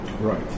right